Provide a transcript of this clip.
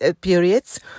periods